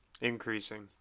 increasing